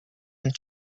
and